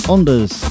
Ondas